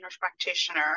practitioner